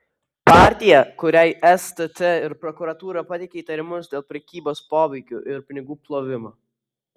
partija kuriai stt ir prokuratūra pateikė įtarimus dėl prekybos poveikiu ir pinigų plovimo